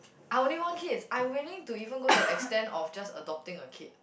I only want kids I willing to even go to the extent of just adopting a kid